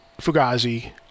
Fugazi